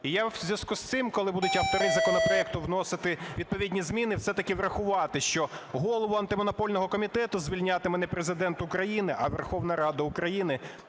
і я у зв'язку з цим, коли будуть автори законопроекту вносити відповідні зміни, все-таки врахувати, що голову Антимонопольного комітету звільнятиме не Президент України, а Верховна Рада України.